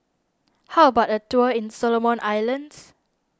how about a tour in Solomon Islands